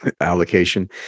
allocation